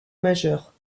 majeure